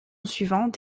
suivante